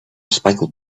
spangled